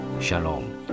shalom